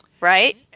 Right